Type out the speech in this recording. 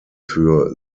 für